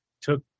took